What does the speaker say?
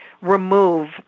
remove